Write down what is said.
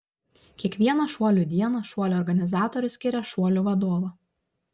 kiekvieną šuolių dieną šuolių organizatorius skiria šuolių vadovą